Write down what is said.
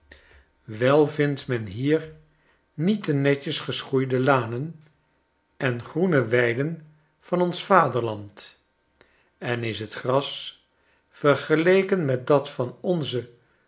wei vindt menhier niet de netjes gesnoeide lanen en groene weiden van ons vaderland en is net gras vergeleken met dat van onze